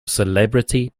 celebrity